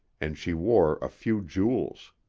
and she wore a few jewels.